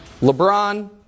LeBron